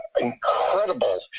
incredible